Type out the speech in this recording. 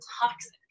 toxic